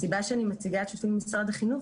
הסיבה שאני מציגה שיש לנו שיתוף עם משרד החינוך,